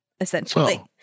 essentially